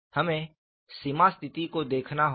हमें सीमा की स्थिति को देखना होगा